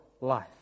life